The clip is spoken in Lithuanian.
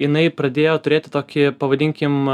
jinai pradėjo turėti tokį pavadinkim